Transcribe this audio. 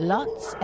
Lots